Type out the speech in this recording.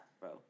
bro